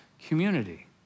community